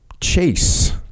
chase